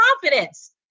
confidence